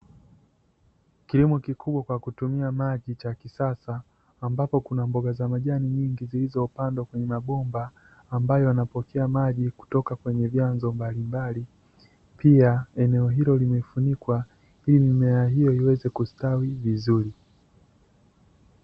Kilimo kikubwa kwa kutumia maji, cha kisasa, ambapo kuna mboga za majani nyingi zilizopandwa kwenye mabomba ambayo yanapokea maji kutoka kwenye vyanzo mbalimbali. Pia, eneo hilo limefunikwa ili mimea hiyo iweze kusitawi vizuri.